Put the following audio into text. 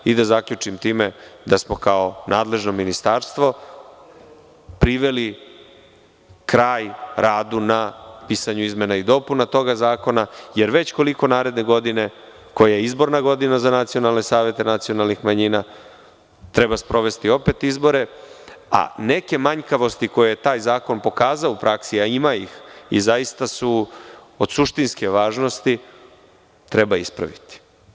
Da zaključim time da smo kao nadležno ministarstvo priveli kraj radu na pisanju izmena tog zakona, jer već koliko naredne godine, koja je izborna godina za nacionalne savete nacionalnih manjina, treba sprovesti opet izbore, a neke manjkavosti koje je taj zakon pokazao u praksi, a ima ih, i zaista su od suštinske važnosti treba ispraviti.